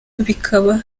bikaba